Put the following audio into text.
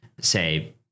say